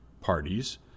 parties